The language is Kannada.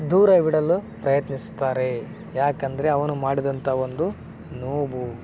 ದೂರವಿಡಲು ಪ್ರಯತ್ನಿಸ್ತಾರೆ ಏಕಂದ್ರೆ ಅವನು ಮಾಡಿದಂಥ ಒಂದು ನೋವು